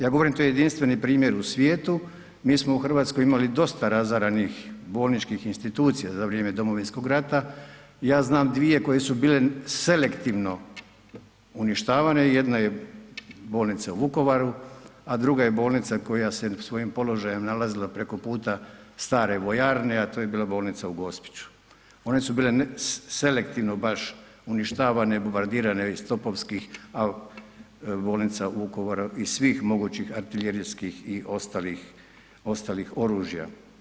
Ja govorim to je jedinstveni primjer u svijetu, mi smo u RH imali dosta razaranih bolničkih institucija za vrijeme domovinskog rata, ja znam dvije koje su bile selektivno uništavane, jedna je bolnica u Vukovaru, a druga je bolnica koja se svojim položajem nalazila preko puta stare vojarne, a to je bila bolnica u Gospiću, one su bile selektivno baš uništavane, bombardirane iz topovskih, bolnica u Vukovaru iz svih mogućih artiljerijskih i ostalih, ostalih oružja.